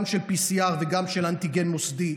גם של PCR וגם של אנטיגן מוסדי,